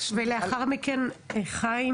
ולאחר מכן חיים